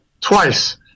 Twice